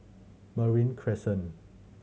Marine Crescent